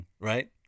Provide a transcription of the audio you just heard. Right